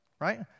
right